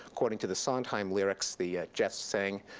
according to the sondheim lyrics, the jets sang,